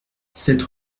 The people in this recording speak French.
sept